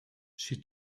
she